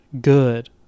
good